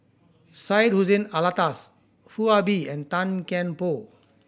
Syed Hussein Alatas Foo Ah Bee and Tan Kian Por